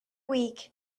weak